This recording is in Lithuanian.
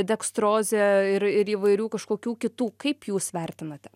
dekstrozė ir ir įvairių kažkokių kitų kaip jūs vertinate